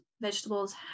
vegetables